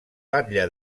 batlle